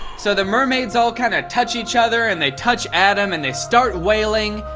so the mermaids all kinda touch each other and they touch adam and they start wailing,